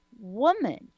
woman